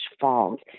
falls